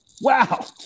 Wow